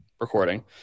recording